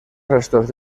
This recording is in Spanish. restos